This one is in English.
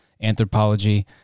anthropology